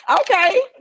Okay